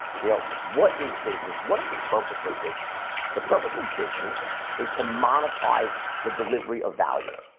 you know what is business? what is the purpose of business the purpose of business is to monetize the delivery of value?